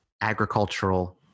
agricultural